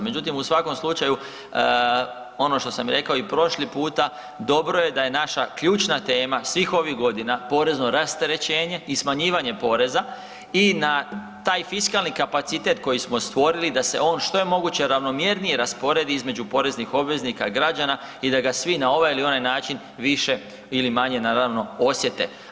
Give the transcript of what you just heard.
Međutim, u svakom slučaju ono što sam rekao i prošli puta dobro je da je naša ključna tema svih ovih godina porezno rasterećenje i smanjivanje poreza i na taj fiskalni kapacitet koji smo stvorili da se on što je moguće ravnomjernije rasporedi između poreznih obveznika i građana i da ga svi na ovaj ili onaj način više ili manje osjete.